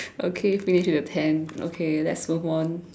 okay finish with the tent okay let's move on